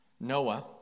Noah